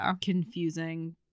confusing